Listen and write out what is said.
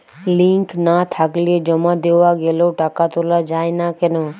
Link না থাকলে জমা দেওয়া গেলেও টাকা তোলা য়ায় না কেন?